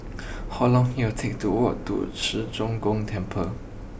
how long it'll take to walk to Ci Zheng Gong Temple